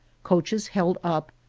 coaches held up,